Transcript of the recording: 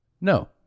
No